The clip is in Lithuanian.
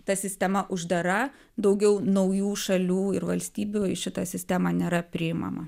ta sistema uždara daugiau naujų šalių ir valstybių į šitą sistemą nėra priimama